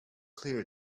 clear